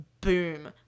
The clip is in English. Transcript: boom